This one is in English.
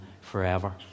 forever